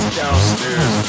downstairs